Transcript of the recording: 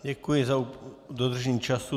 Děkuji za dodržení času.